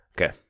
Okay